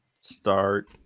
start